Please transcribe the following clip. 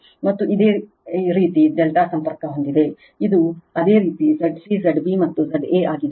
ಮತ್ತು ಇದು ಇದೇ ರೀತಿ ∆ ಸಂಪರ್ಕ ಹೊಂದಿದೆ ಇದು ಅದೇ ರೀತಿ Zc Zb ಮತ್ತು Za ಆಗಿದೆ